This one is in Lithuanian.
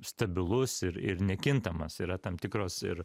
stabilus ir ir nekintamas yra tam tikros ir